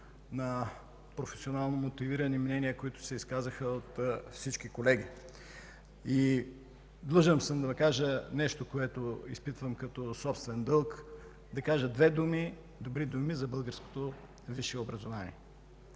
на професионално мотивирани мнения, които се изказаха от всички колеги. Длъжен съм да кажа нещо, което изпитвам като собствен дълг – да кажа две добри думи за българското висше образование